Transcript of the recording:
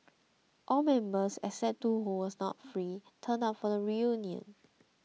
all members except two who were not free turned up for reunion